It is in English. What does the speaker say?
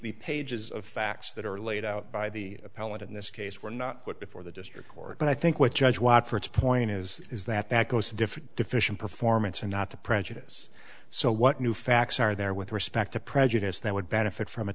pages of facts that are laid out by the appellant in this case were not put before the district court and i think what judge watt for it's point is is that that goes to different deficient performance and not to prejudice so what new facts are there with respect to prejudice that would benefit from